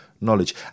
knowledge